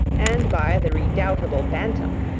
and by the redoubtable bantam,